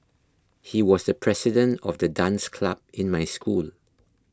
he was the president of the dance club in my school